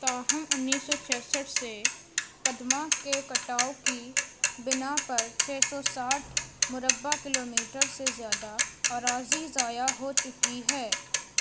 تاہم انیس سو چھیاسٹھ سے پدما کے کٹاؤ کی بنا پر چھ سو ساٹھ مربع کلو میٹر سے زیادہ اراضی ضایع ہو چکی ہے